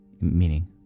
Meaning